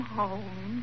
home